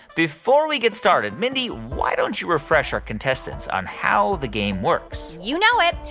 before we get started, mindy, why don't you refresh our contestants on how the game works? you know it.